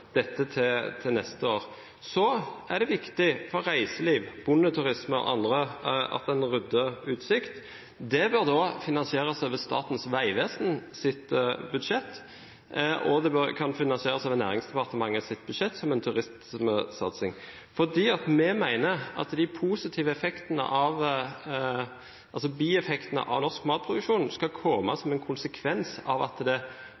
dette til neste år. Det er viktig for reiseliv, bondeturisme og andre at en rydder utsikt, men det bør da finansieres over Statens vegvesens budsjett, og det kan finansieres over Næringsdepartementets budsjett, som en turistsatsing. Vi mener at de positive bieffektene av norsk matproduksjon skal komme som en konsekvens av at det